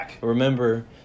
remember